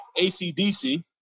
ACDC